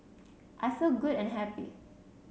I feel good and happy